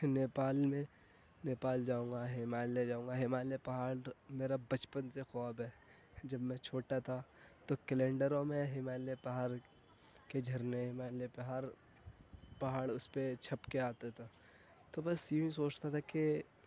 نیپال میں نیپال جاؤں گا ہمالیہ جاؤں گا ہمالیہ پہاڑ میرا بچپن سے خواب ہے جب میں چھوٹا تھا تو کلینڈروں میں ہمالیہ پہاڑ کے جھرنے ہمالیہ پہاڑ پہاڑ اس پہ چھپ کے آتا تھا تو بس یوں ہی سوچتا تھا کہ